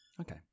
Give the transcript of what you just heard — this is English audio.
Okay